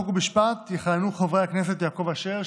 חוק ומשפט יכהנו חברי הכנסת יעקב אשר,